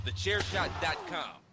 TheChairShot.com